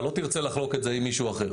אתה לא תרצה לחלוק את זה עם מישהו אחר,